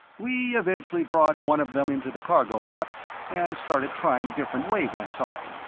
we eventually brought one of them into the cargo lock and started trying different wave-lengths on it.